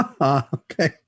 Okay